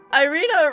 Irina